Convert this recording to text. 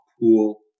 pool